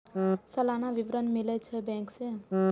सलाना विवरण मिलै छै बैंक से?